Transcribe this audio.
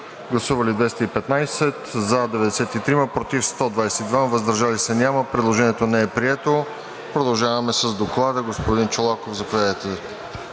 представители: за 93, против 122, въздържали се няма. Предложението не е прието. Продължаваме с Доклада. Господин Чолаков, заповядайте.